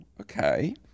okay